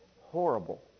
Horrible